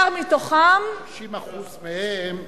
ומתוכם, 60% מהם עובדים.